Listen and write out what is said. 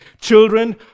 children